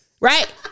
Right